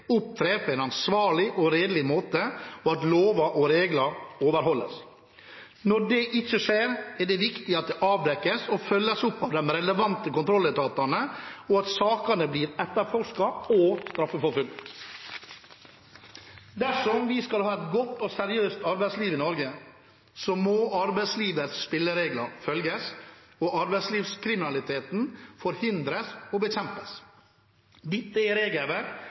opptrer på en ansvarlig og redelig måte, og at lover og regler overholdes. Når det ikke skjer, er det viktig at det avdekkes og følges opp av de relevante kontrolletatene, og at sakene blir etterforsket og straffeforfulgt. Dersom vi skal ha et godt og seriøst arbeidsliv i Norge, må arbeidslivets spilleregler følges og arbeidslivskriminalitet forhindres og bekjempes. Dette er regelverk